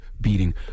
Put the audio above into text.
beating